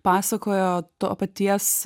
pasakojo to paties